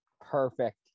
Perfect